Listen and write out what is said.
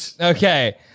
Okay